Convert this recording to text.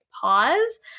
pause